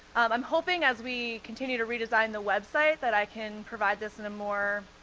i'm hoping as we continue to redesign the website that i can provide this in a more